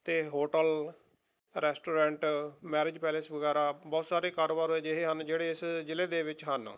ਅਤੇ hotel restaurant marriage palace ਵਗੈਰਾ ਬਹੁਤ ਸਾਰੇ ਕਾਰੋਬਾਰ ਅਜਿਹੇ ਹਨ ਜਿਹੜੇ ਇਸ ਜ਼ਿਲ੍ਹੇ ਦੇ ਵਿੱਚ ਹਨ